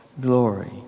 Glory